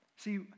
See